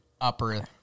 upper